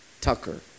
tucker